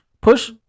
Push